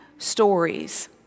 stories